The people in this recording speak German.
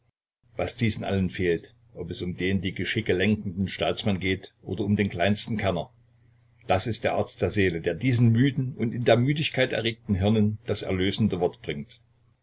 was diesen allen fehlt ob es um den die geschicke lenkenden staatsmann geht oder um den kleinsten kärrner das ist der arzt der seele der diesen müden und in der müdigkeit erregten hirnen das erlösende wort bringt